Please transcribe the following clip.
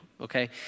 okay